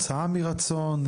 הוצאה מרצון,